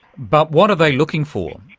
but what are they looking for?